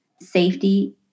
safety